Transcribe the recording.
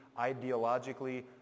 ideologically